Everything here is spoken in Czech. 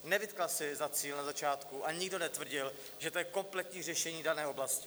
Nevytkla si za cíl na začátku, a nikdo netvrdil, že to je kompletní řešení dané oblasti.